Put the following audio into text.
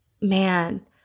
man